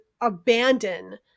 abandon